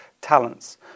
talents